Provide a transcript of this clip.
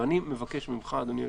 אני מבקש ממך, אדוני היושב-ראש,